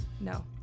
no